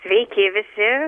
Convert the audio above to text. sveiki visi